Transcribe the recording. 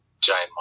giant